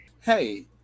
hey